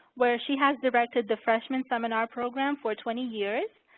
where she has directed the freshman seminar program for twenty years.